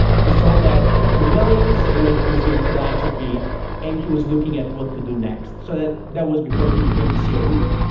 he sold that for few millions and then he was doing philanthropy and he was looking at what to do next. so that that was before he became the ceo of uber.